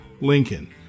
Lincoln